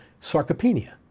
sarcopenia